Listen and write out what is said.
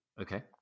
Okay